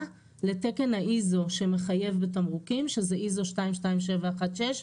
לתקן ה-ISO שמחייב בתמרוקים שזה ISO22716,